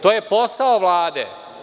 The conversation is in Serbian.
To je posao Vlade.